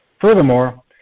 Furthermore